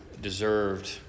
deserved